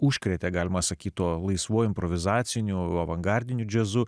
užkrėtė galima sakyti tuo laisvu improvizaciniu avangardiniu džiazu